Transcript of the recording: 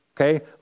Okay